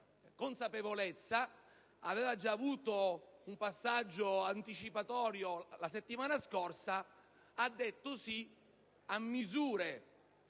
consapevolezza, aveva già avuto un passaggio anticipatorio la settimana scorsa, quando si è espresso